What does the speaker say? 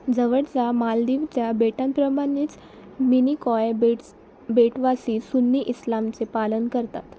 जवळचा मालदिवच्या बेटांप्रमाणेच मिनीकॉय बेटस् बेटवासी सुन्नी इस्लामचे पालन करतात